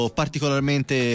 particolarmente